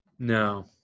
No